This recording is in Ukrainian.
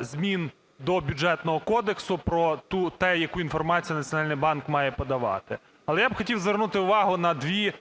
змін до Бюджетного кодексу про те, яку інформацію Національний банк має подавати. Але я б хотів звернути увагу на дві